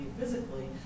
physically